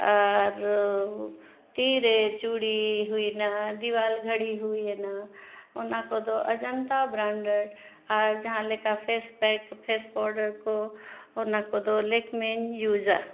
ᱟᱨ ᱛᱤ ᱨᱮ ᱪᱩᱲᱤ ᱦᱩᱭᱮᱱᱟ ᱫᱤᱣᱟᱞ ᱜᱷᱟᱹᱲᱤ ᱦᱩᱭᱮᱱᱟ ᱚᱱᱟ ᱠᱚᱫᱚ ᱟᱡᱟᱱᱛᱟ ᱵᱨᱟᱱᱰᱮᱰ ᱟᱨ ᱡᱟᱦᱟᱸ ᱞᱮᱠᱟ ᱯᱷᱮᱥ ᱯᱮᱠ ᱯᱷᱮᱥ ᱯᱟᱣᱰᱟᱨ ᱠᱚ ᱚᱱᱟ ᱠᱚᱫᱚ ᱞᱮᱠᱢᱤᱧ ᱭᱩᱡᱟ